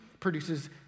produces